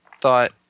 thought